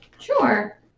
Sure